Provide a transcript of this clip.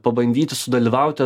pabandyti sudalyvauti